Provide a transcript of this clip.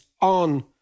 on